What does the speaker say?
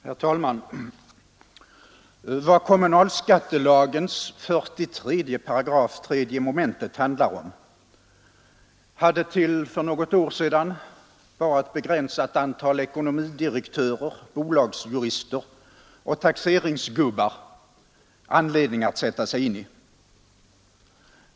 Herr talman! Vad kommunalskattelagens 43 § 3 mom. handlar om, hade till för något år sedan bara ett begränsat antal ekonomidirektörer, bolagsjurister och taxeringsgubbar anledning att sätta sig in i.